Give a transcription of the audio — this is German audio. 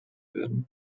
werden